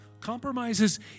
Compromises